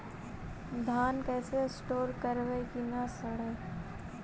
धान कैसे स्टोर करवई कि न सड़ै?